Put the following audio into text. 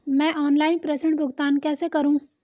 मैं ऑनलाइन प्रेषण भुगतान कैसे करूँ?